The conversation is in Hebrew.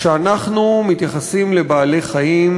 כשאנחנו מתייחסים לבעלי-חיים,